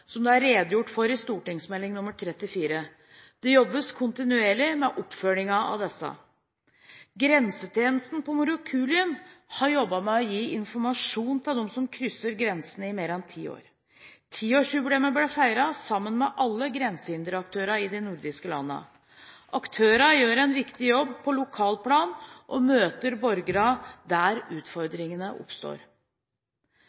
som det er redegjort for i Meld. St. 34. Det jobbes kontinuerlig med oppfølgingen av disse. Grensetjenesten på Morokulien har i mer enn ti år jobbet med å gi informasjon til dem som krysser grensen. Tiårsjubileet ble feiret sammen med alle grensehinderaktører i de nordiske landene. Aktørene gjør en viktig jobb på lokalplan og møter borgerne der